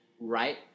right